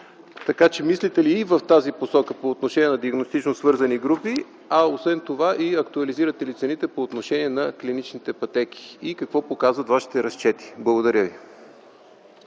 Така че мислите ли и в тази посока – по отношение на диагностично свързани групи, а освен това и актуализирате ли цените по отношение на клиничните пътеки и какво показват Вашите разчети? Благодаря ви.